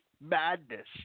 madness